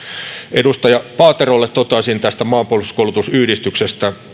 edustaja paaterolle toteaisin tästä maanpuolustuskoulutusyhdistyksestä